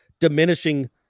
diminishing